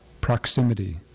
proximity